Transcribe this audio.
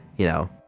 you know.